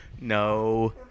no